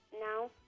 No